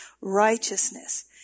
righteousness